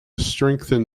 strengthen